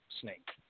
snake